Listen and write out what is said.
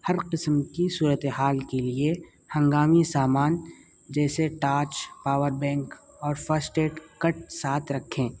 ہر قسم کی صورت حال کے لیے ہنگامی سامان جیسے ٹارچ پاور بینک اور فسٹ ایڈ کٹ ساتھ رکھیں